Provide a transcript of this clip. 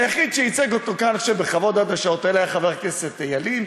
היחיד שייצג אותו כאן עד השעות האלה היה חבר הכנסת ילין,